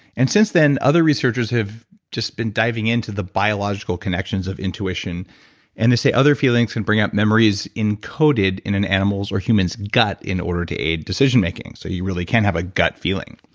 and since then, other researchers have just been diving into the biological connections of intuition and they say other feelings can bring out memories encoded in an animal's or human's gut in order to aid decision making, so you really can have a gut feeling.